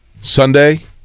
Sunday